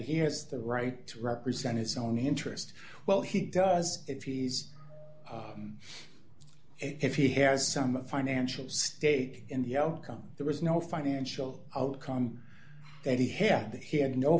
he has the right to represent his own interest well he does if he's if he has some financial stake in the outcome there was no financial outcome that he had that he had no